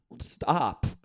Stop